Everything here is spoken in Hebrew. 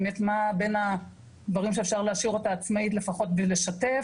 בין מה שאפשר להשאיר אותה עצמאית בו ולפחות לשתף,